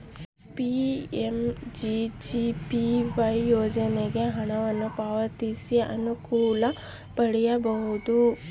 PMJJBY ಯೋಜನೆಗೆ ಹಣವನ್ನು ಪಾವತಿಸಿ ಅನುಕೂಲ ಪಡೆಯಬಹುದು